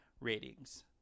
ratings